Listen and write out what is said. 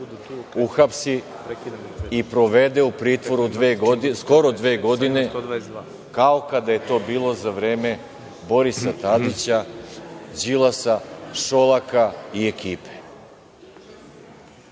uhapsi i provede u pritvoru skoro dve godine, kao kada je to bilo za vreme Borisa Tadića, Đilasa, Šolaka i ekipe?